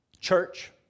Church